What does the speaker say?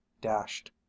dashed